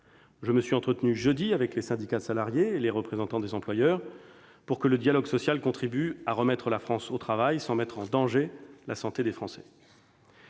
Je me suis entretenu jeudi dernier avec les syndicats de salariés et les représentants des employeurs pour que le dialogue social contribue à remettre la France au travail sans mettre en danger la santé des Français,